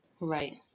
Right